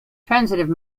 transitive